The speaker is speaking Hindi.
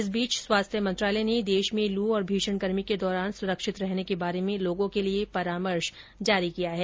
इस बीच स्वास्थ्य मंत्रालय ने देश में लू और भीषण गर्मी के दौरान सुरक्षित रहने के बारे में लोगों के लिए परामर्श जारी किया है